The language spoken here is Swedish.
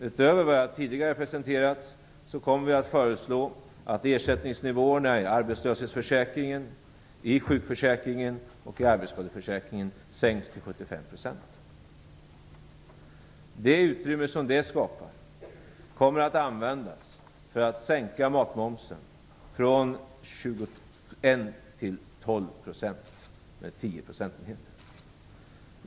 Utöver vad som tidigare har presenterats kommer vi att föreslå att ersättningsnivåerna i arbetslöshetsförsäkringen, sjukförsäkringen och arbetsskadeförsäkringen sänks till 75 %. Det utrymme som detta skapar kommer att användas för att sänka matmomsen från 21 % till 12 %, dvs. med 10 procentenheter.